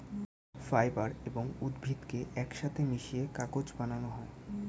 fibre এবং উদ্ভিদকে একসাথে মিশিয়ে কাগজ বানানো হয়